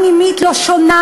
הגירה פנימית לא שונה,